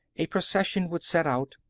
a procession would set out,